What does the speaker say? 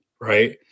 right